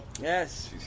Yes